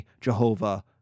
Jehovah